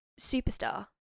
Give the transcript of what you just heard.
superstar